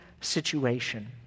situation